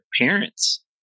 parents